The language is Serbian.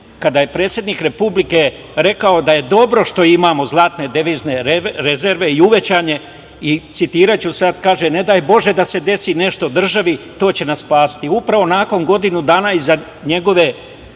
kada je predsednik Republike rekao da je dobro kada imamo devizne rezerve i uvećane i citiraću sada, kaže – ne daj Bože da se desi nešto državi, to će nas spasiti. Upravo nakon godinu dana, njegove